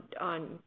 on